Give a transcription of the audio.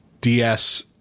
DS